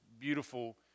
beautiful